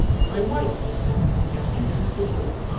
my wife, he said, as he entered the room,